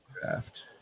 draft